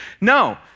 No